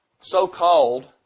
so-called